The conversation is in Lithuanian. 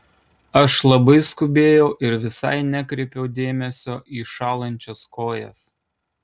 aš labai skubėjau ir visai nekreipiau dėmesio į šąlančias kojas